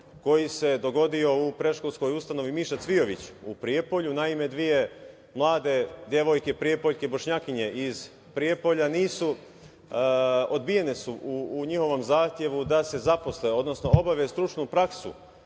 koji se dogodio u PU „Miša Cvijović“ u Prijepolju. Naime, dve mlade devojke Prijepoljke Bošnjakinje iz Prijepolja odbijene su u njihovom zahtevu da se zaposle, odnosno obave stručnu praksu